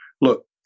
look